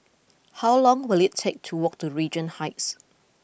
how long will it take to walk to Regent Heights